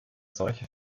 solche